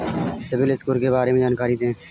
CIBIL score के बारे में जानकारी दें?